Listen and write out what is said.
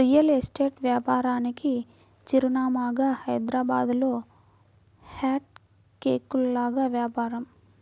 real estate వ్యాపారానికి చిరునామాగా హైదరాబాద్లో హాట్ కేకుల్లాగా వ్యాపారం